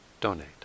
donate